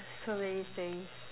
so many things